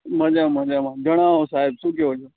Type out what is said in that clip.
મજા મજામાં જણાવો સાહેબ શું કહો છો